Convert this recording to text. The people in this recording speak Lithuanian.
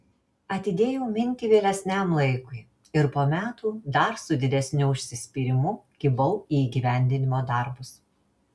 atidėjau mintį vėlesniam laikui ir po metų dar su didesniu užsispyrimu kibau į įgyvendinimo darbus